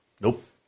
Nope